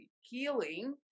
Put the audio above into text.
healing